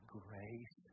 grace